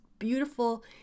beautiful